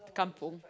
kampung